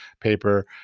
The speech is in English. paper